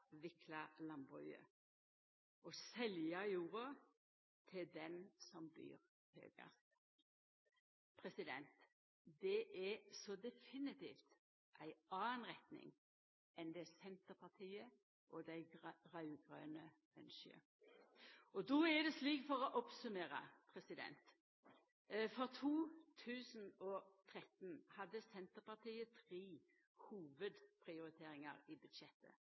avvikla landbruket og selja jorda til den som byr høgast. Det er så definitivt ei anna retning enn det Senterpartiet og dei raud-grøne ynskjer. For å summera opp: Det er slik at for 2013 hadde Senterpartiet tre hovudprioriteringar i budsjettet.